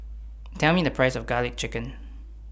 Tell Me The Price of Garlic Chicken